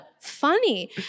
funny